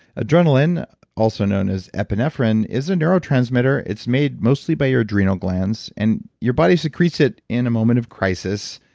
adrenaline also known as epinephrine, is a neurotransmitter. it's made mostly by your adrenal glands, and your body secretes it in a moment of crisis,